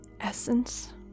essence